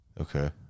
Okay